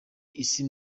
isi